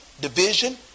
division